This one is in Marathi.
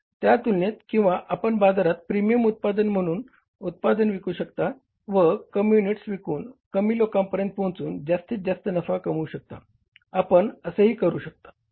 त्यातुलनेत किंवा आपण बाजारात प्रीमियम उत्पादन म्हणून उत्पादन विकू शकता व कमी युनिट्स विकून कमी लोकांपर्यंत पोहचून जास्तीचा नफा कमवू शकता आपण असे ही करू शकता